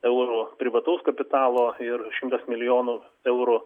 eurų privataus kapitalo ir šimtas milijonų eurų